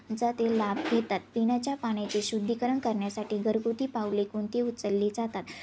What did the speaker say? चा ते लाभ घेतात पिण्याच्या पाण्याचे शुद्धीकरण करण्यासाठी घरगुती पावले कोणती उचलली जातात